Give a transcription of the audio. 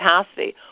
capacity